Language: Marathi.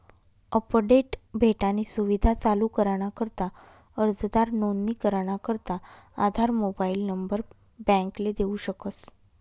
अपडेट भेटानी सुविधा चालू कराना करता अर्जदार नोंदणी कराना करता आधार मोबाईल नंबर बॅकले देऊ शकस